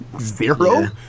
zero